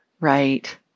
Right